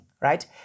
right